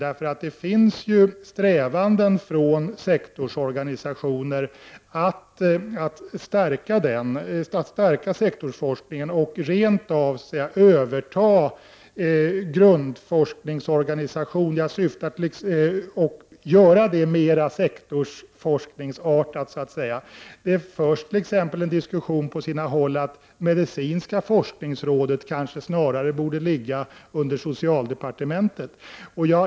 Det finns ju strävanden från sektorsorganisationer att stärka sektorsforskningen och rent av överta grundforskningsorganisationer och göra dem mer så att säga sektorsartade. Det förs på sina håll t.ex. en diskussion om att medicinska forskningsrådet kanske snarare borde sortera under socialdepartementet.